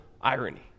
irony